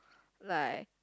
like